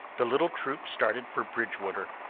the little troop started for bridgewater.